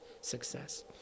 success